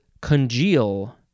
congeal